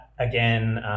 Again